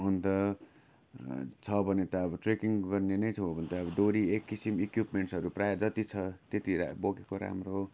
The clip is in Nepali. अन्त छ भने त अब ट्रेकिङ गर्ने छौँ भने त अब डोरी एक किसिम इक्युपमेन्टहरू प्रायः जति छ त्यति बोकेको राम्रो